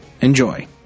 Enjoy